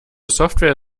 software